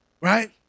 Right